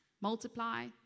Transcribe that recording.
multiply